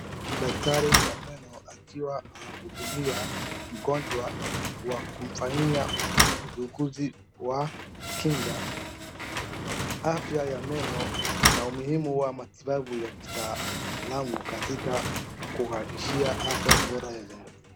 Daktari wa meno akiwa anahudumia mgonjwa kwa kumfanyia udukuzi wa kinga. Afya ya meno na umuhimu wa matibabu ya kitaalamu katika kuakishia afya bora.